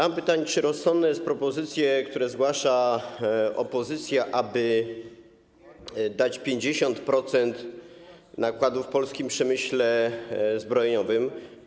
Mam pytanie: Czy rozsądne są propozycje, które zgłasza opozycja, aby dać 50% nakładów w polskim przemyśle zbrojeniowym?